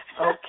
Okay